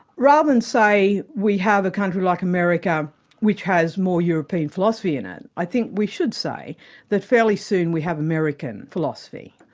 rather than say we have a country like america which has more european philosophy in it, i think we should say that fairly soon we have american philosophy.